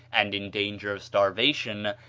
and in danger of starvation,